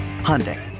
Hyundai